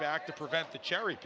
back to prevent the cherry